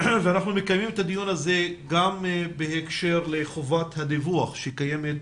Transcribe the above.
אנחנו מקיימים את הדיון הזה גם בהקשר לחובת הדיווח שקיימת